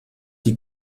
die